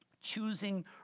choosing